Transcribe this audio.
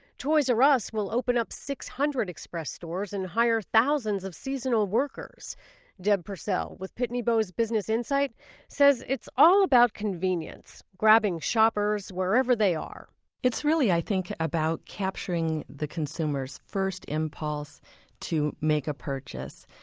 toys r us will open up six hundred express stores, and hire thousands of seasonal workers deb purcell with pitney bowes business insight says it's all about convenience, grabbing shoppers wherever they are it's really i think about capturing that consumer's first impulse to make a purchase,